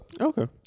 Okay